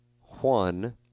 one